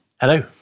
Hello